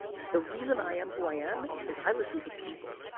the reason i am who i am is i listen to people.